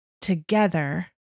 together